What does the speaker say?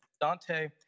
Dante